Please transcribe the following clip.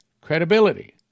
credibility